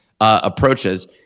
approaches